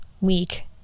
week